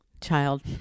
child